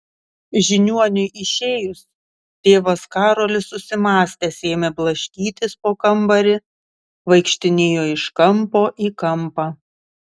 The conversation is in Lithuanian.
žiniuoniui išėjus tėvas karolis susimąstęs ėmė blaškytis po kambarį vaikštinėjo iš kampo į kampą